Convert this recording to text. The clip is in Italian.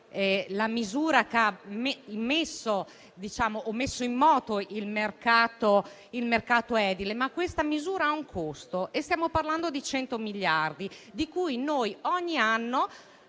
la misura che ha rimesso in moto il mercato edile. Ma questa misura ha un costo: stiamo parlando di 100 miliardi, per i quali noi ogni anno